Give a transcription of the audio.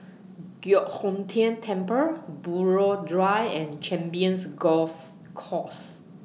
Giok Hong Tian Temple Buroh Drive and Champions Golf Course